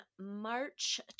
March